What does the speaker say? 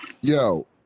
Yo